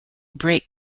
break